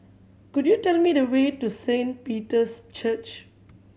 could you tell me the way to Saint Peter's Church